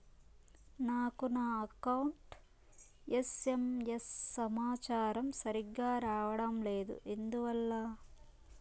నాకు నా account SMS సమాచారము సరిగ్గా రావడం లేదు ఎందువల్ల?